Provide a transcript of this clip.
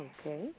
Okay